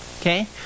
Okay